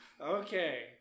Okay